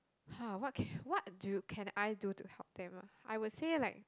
!huh! what can what do can I do to help them ah I will say like